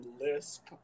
lisp